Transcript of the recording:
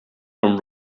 from